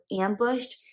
ambushed